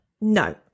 no